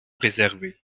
réservés